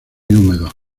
húmedos